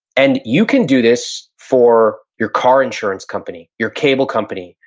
and you can do this for your car insurance company, your cable company,